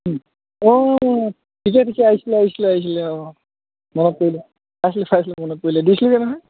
অঁ ঠিকেই ঠিকেই আহিছিলে আহিছিলে আহিছিলে অঁ মনত পৰিলে চাইছিলোঁ চাইছিলোঁ মনত পৰিলে দিছিলোঁগৈ নহয়